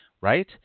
right